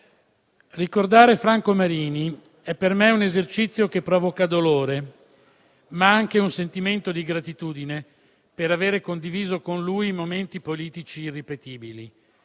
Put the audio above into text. ricordare Franco Marini per me è un esercizio che provoca dolore, ma anche un sentimento di gratitudine per avere condiviso con lui momenti politici irripetibili,